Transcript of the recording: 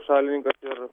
šalininkas ir